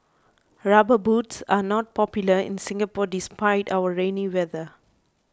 rubber boots are not popular in Singapore despite our rainy weather